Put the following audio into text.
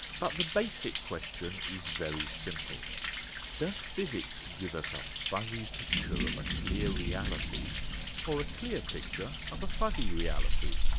but the basic question is very simple does physics give us a fuzzy picture of a clear reality or a clear picture of a fuzzy reality?